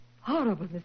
Horrible